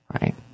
right